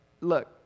look